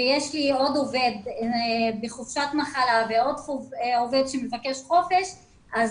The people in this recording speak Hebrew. ויש לי עוד עובד בחופשת מחלה ועוד עובד שמבקש חופש אז